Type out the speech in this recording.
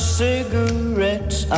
cigarettes